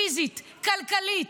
פיזית, כלכלית.